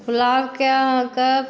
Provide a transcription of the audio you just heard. गुलाबके अहाँके